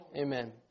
Amen